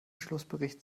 schlussbericht